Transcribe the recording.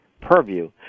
purview